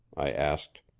i asked.